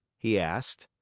he asked.